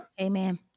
Amen